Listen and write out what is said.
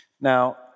Now